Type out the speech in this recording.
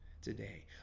today